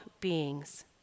beings